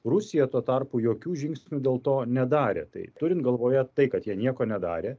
rusija tuo tarpu jokių žingsnių dėl to nedarė tai turint galvoje tai kad jie nieko nedarė